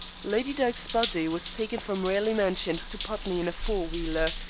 lady dyke's body was taken from raleigh mansions to putney in a four-wheeler.